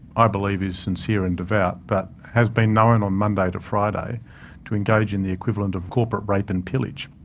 i believe is sincere and devout but has been known on monday to friday to engage in the equivalent of corporate rape and pillage.